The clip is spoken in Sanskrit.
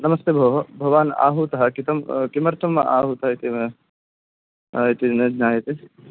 नमस्ते भोः भवान् आहूतः कितं किमर्थम् आहूतः इति इति न ज्ञायते